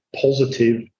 positive